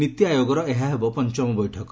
ନୀତି ଆୟୋଗର ଏହା ହେବ ପଞ୍ଚମ ବୈଠକ